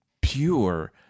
pure